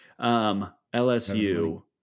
LSU